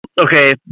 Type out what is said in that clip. Okay